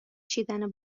چیدن